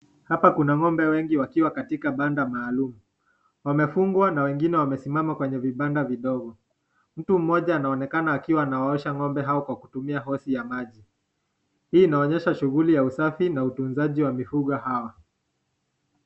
Hapa kuna ng'ombe wengi wakiwa katika banda maalum. Wamefungwa na wengine wamesimama kwenye vibanda vidogo. Mtu mmoja anaonekana akiwa anawaosha ng'ombe hao kwa kutumia hosi ya maji. Hii inaonyesha shughuli ya usafi na utunzaji wa mifugo hawa.